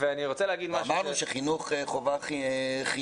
ואני רוצה להגיד משהו --- אמרנו שחינוך חובה חינם,